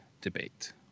debate